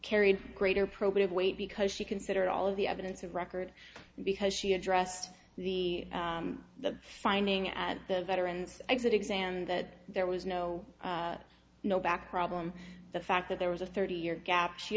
carried greater probative weight because she considered all of the evidence of record because she addressed the finding at the veterans exit exam that there was no no back problem the fact that there was a thirty year gap she